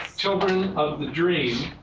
children of the dream,